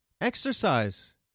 exercise